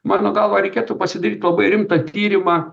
mano galva reikėtų pasidaryt labai rimtą tyrimą